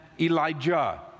Elijah